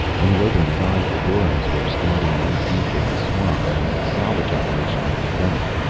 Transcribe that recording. when he opened his eyes the doryms were standing knee deep in the swamp and the salvage operation had begun.